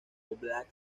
óblast